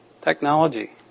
Technology